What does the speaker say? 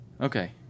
Okay